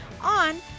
on